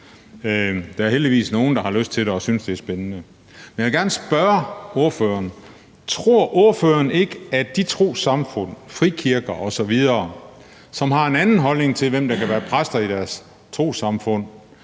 Der er heldigvis nogle, der har lyst til det og synes, det er spændende. Men jeg vil gerne spørge ordføreren: Tror ordføreren ikke, at de trossamfund, frikirker osv., som har en anden holdning til, hvem der kan være præster i deres trossamfund,